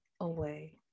away